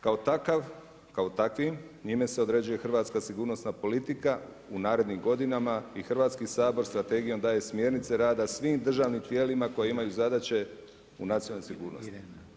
Kao takvim, njime se određuje hrvatska sigurnosna politika u narednim godinama i Hrvatski sabor, strategijom daje smjernice rada svim državnim tijelima koje imaju zadaće u nacionalnim sigurnostima.